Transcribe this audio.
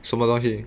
什么东西